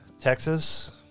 Texas